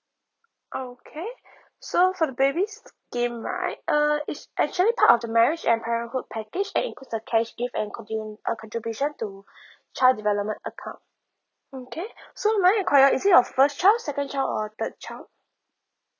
okay so so for the baby scheme right uh is actually part of the marriage and parenthood package that includes a cash gift and con~ a contribution to child development account mm K so may I require is it your first child second child or third child